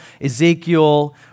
Ezekiel